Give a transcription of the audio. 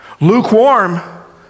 Lukewarm